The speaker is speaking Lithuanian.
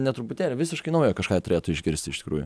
ne truputį visiškai naujo kažką jie turėtų išgirsti iš tikrųjų